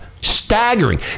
Staggering